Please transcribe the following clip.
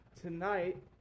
tonight